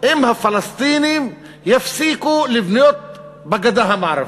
אם הפלסטינים יפסיקו לבנות בגדה המערבית.